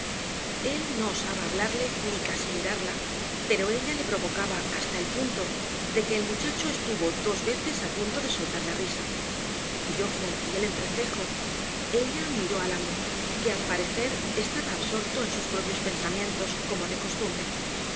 él no osaba hablarle ni casi mirarla pero ella le provocaba hasta el punto de que el muchacho estuvo dos veces a punto de soltar la risa yo fruncí el entrecejo ella miró al amo que al parecer estaba absorto en sus propios pensamientos como de costumbre